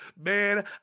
Man